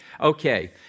Okay